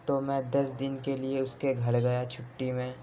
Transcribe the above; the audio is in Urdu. تو میں دس دن کے لیے اس کے گھر گیا چھٹی میں